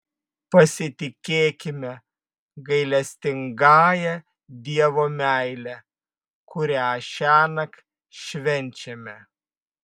pasitikėkime gailestingąja dievo meile kurią šiąnakt švenčiame